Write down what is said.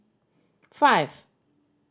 five